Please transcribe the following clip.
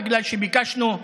בגלל שביקשנו,